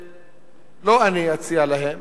לא אני אציע להם,